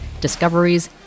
discoveries